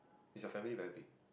is your family very big